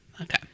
Okay